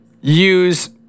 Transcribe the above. use